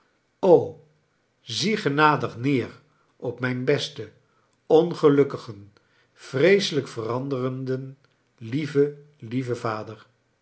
zie genadig neer op mijn besten ongelukkigen vreeselijk veranderden lieven lieven vader